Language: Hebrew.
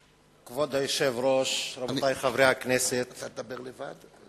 כבוד היושב-ראש, רבותי חברי הכנסת, אתה תדבר לבד?